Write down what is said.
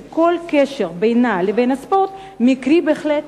שכל קשר בינה לבין הספורט מקרי בהחלט.